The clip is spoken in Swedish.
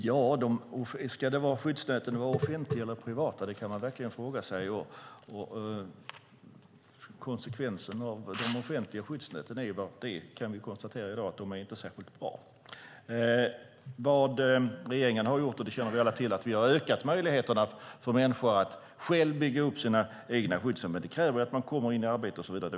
Fru talman! Om skyddsnäten ska vara offentliga eller privata kan man diskutera. Vi kan i dag konstatera att de offentliga skyddsnäten inte är särskilt bra. Regeringen har ökat möjligheten för människor att själva bygga upp sina skyddsnät, men det kräver att man kommer i arbete.